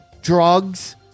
drugs